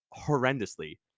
horrendously